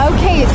Okay